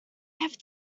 have